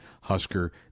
Husker